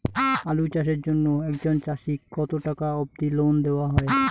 আলু চাষের জন্য একজন চাষীক কতো টাকা অব্দি লোন দেওয়া হয়?